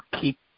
keep